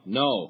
no